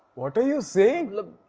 what are you saying!